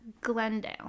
Glendale